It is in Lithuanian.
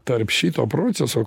tarp šito proceso